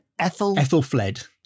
Ethelfled